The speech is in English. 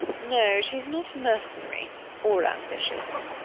no, she's not mercenary or ambitious.